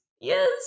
Yes